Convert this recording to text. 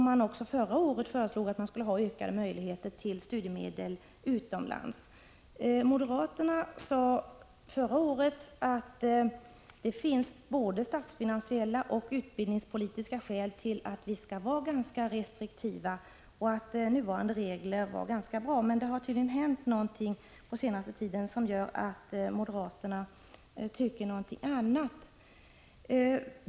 Även förra året lade man ju fram förslag om ökade möjligheter när det gäller studiemedel för studier utomlands. Moderaterna sade förra året att det fanns både statsfinansiella och utbildningspolitiska skäl att vara ganska restriktiv. De sade också att gällande regler var ganska bra. Men det har tydligen hänt någonting under den senaste tiden som gör att moderaterna nu tycker någonting annat.